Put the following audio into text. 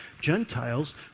Gentiles